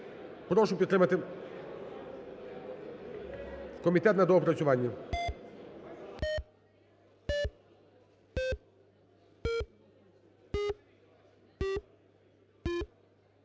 прошу підтримати, а комітет на доопрацювання.